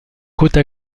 côte